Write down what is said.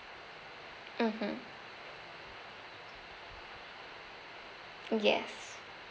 mmhmm yes